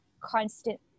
constant